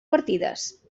partides